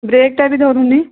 ବ୍ରେକ୍ଟା ବି ଧରୁନି